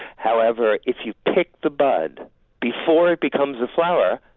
however, if you pick the bud before it becomes a flower,